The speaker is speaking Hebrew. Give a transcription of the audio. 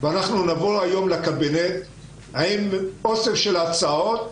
ונבוא לקבינט עם אוסף של הצעות.